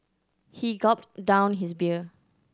he gulped down his beer